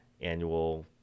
annual